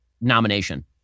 nomination